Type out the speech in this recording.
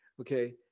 okay